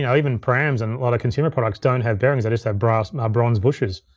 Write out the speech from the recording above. you know even prams and a lot of consumer products don't have bearings, they just have bronze bronze bushes.